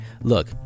Look